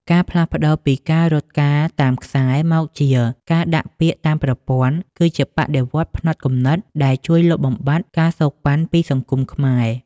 ការផ្លាស់ប្តូរពី "ការរត់ការតាមខ្សែ" មកជា "ការដាក់ពាក្យតាមប្រព័ន្ធ" គឺជាបដិវត្តន៍ផ្នត់គំនិតដែលជួយលុបបំបាត់ ការសូកប៉ាន់ ពីសង្គមខ្មែរ។